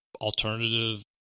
alternative